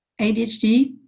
ADHD